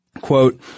Quote